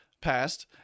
passed